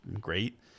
great